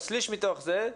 אז שליש מתוך זה,